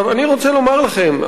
אני רוצה לומר לכם,